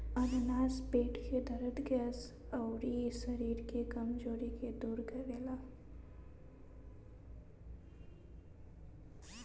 अनानास पेट के दरद, गैस, अउरी शरीर के कमज़ोरी के दूर करेला